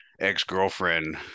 ex-girlfriend